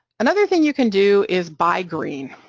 another thing you can do is buy green,